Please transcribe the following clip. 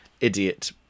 idiot